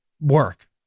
work